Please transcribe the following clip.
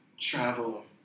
travel